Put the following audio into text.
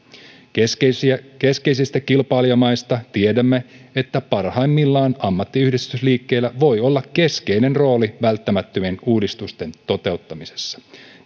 keskeisistä kilpailijamaista tiedämme että parhaimmillaan ammattiyhdistysliikkeellä voi olla keskeinen rooli välttämättömien uudistusten toteuttamisessa